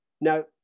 Now